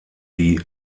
die